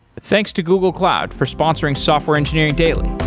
thanks to google cloud for sponsoring software engineering daily